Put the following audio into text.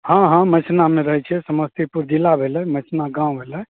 हँ हँ मेहसिनामे रहैत छियै समस्तीपुर जिला भेलै मेहसिना गाँव भेलै